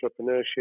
entrepreneurship